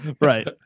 right